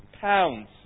pounds